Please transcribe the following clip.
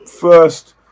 first